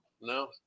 No